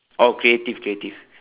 oh creative creative